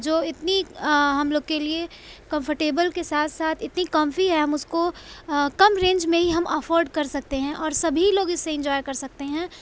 جو اتنی ہم لوگ کے لیے کمفرٹیبل کے ساتھ ساتھ اتنی کامفی ہے ہم اس کو کم رینج میں ہی ہم افورڈ کر سکتے ہیں اور سبھی لوگ اس سے انجوائے کر سکتے ہیں